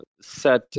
set